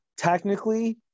Technically